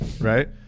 right